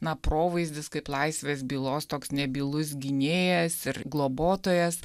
na provaizdis kaip laisvės bylos toks nebylus gynėjas ir globotojas